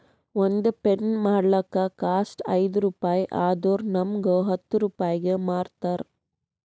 ಒಂದ್ ಪೆನ್ ಮಾಡ್ಲಕ್ ಕಾಸ್ಟ್ ಐಯ್ದ ರುಪಾಯಿ ಆದುರ್ ನಮುಗ್ ಹತ್ತ್ ರೂಪಾಯಿಗಿ ಮಾರ್ತಾರ್